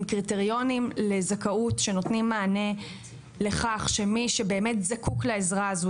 עם קריטריונים לזכאות שנותנים מענה לכך שמי שבאמת זקוק לעזרה הזו,